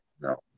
no